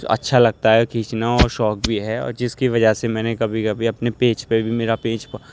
اچھا لگتا ہے کھینچنا اور شوق بھی ہے اور جس کی وجہ سے میں نے کبھی کبھی اپنے پیج پہ بھی میرا پیج